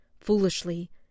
Foolishly